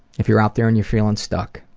if you're out there and you're feeling stuck,